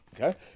okay